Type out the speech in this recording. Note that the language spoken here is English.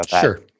Sure